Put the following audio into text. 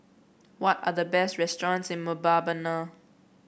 what are the best restaurants in Mbabana